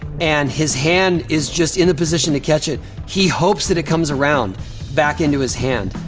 and his hand is just in the position to catch it. he hopes that it comes around back into his hand,